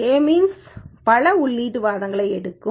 K means பல உள்ளீட்டு வாதங்களை எடுக்கும்